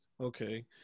Okay